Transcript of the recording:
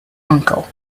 uncle